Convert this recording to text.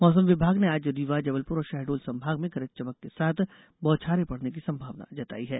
मौसम विभाग ने आज रीवा जबलपुर और शहडोल संभागों में गरज चमक के साथ बौछारे पड़ने की संभावना जताई है